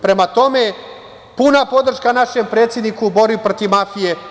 Prema tome, puna podrška našem predsedniku u borbi protiv mafije.